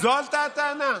זו הייתה הטענה,